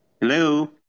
Hello